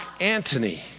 Antony